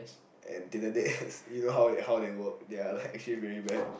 and Tinder dates you know how they how they works they are actually very bad